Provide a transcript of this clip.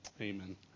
Amen